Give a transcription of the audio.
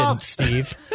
Steve